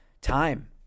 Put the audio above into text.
time